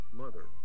mother